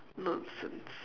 nonsense